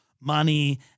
money